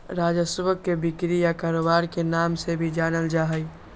राजस्व के बिक्री या कारोबार के नाम से भी जानल जा हई